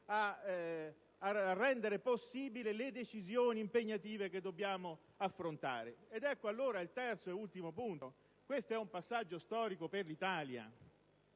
a rendere possibili le decisioni impegnative che dobbiamo affrontare? Ed ecco allora il terzo ed ultimo punto. Questo è un passaggio storico per l'Italia,